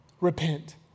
repent